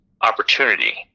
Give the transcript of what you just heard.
opportunity